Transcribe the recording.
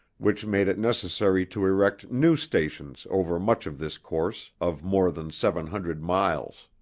which made it necessary to erect new stations over much of this course of more than seven hundred miles.